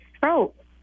throat